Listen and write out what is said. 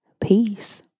Peace